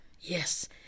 Yes